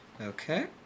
Okay